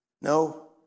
No